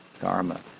karma